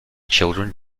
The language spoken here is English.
children